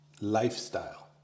lifestyle